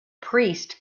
priest